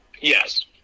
yes